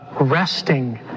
resting